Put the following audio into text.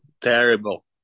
terrible